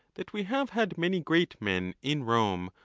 that we have had many great men in rome,